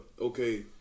okay